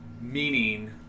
Meaning